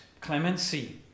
clemency